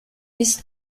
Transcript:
bis